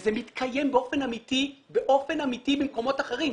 זה מתקיים באופן אמיתי במקומות אחרים,